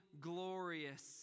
glorious